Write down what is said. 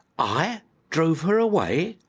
i drove her away!